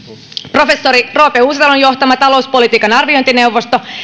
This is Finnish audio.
professori roope uusitalon johtama talouspolitiikan arviointineuvosto